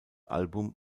album